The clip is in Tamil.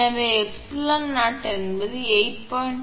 எனவே ஆனால் 𝜖0 என்பது 8